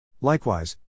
Likewise